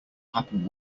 happen